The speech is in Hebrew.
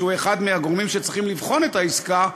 שהוא אחד מהגורמים שצריכים לבחון את העסקה,